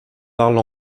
parle